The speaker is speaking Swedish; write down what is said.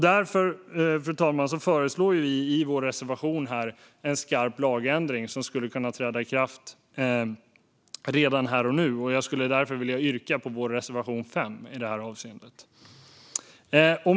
Därför, fru talman, föreslår vi i vår reservation en skarp lagändring som skulle kunna träda i kraft redan här och nu. Jag skulle vilja yrka bifall till vår reservation 5 i detta avseende.